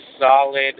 solid